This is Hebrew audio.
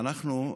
ואנחנו,